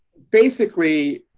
basically,